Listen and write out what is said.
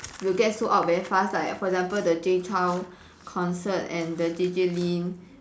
you get sold out very fast like for example the Jay Chou concert and the J_J Lin